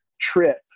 trip